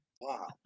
Wow